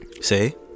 say